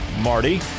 Marty